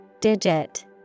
Digit